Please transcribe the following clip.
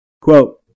Quote